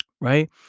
right